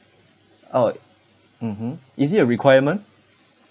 oh mmhmm is it a requirement